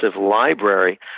library